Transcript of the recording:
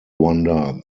wonder